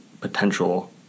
potential